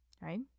right